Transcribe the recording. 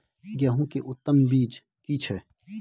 गेहूं के उत्तम बीज की छै?